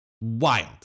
Wild